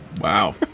Wow